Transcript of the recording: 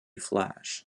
flash